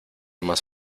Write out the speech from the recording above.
más